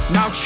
Now